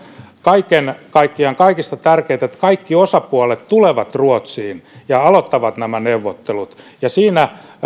kaiken kaikkiaan kaikista tärkeintä että kaikki osapuolet tulevat ruotsiin ja aloittavat nämä neuvottelut